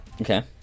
Okay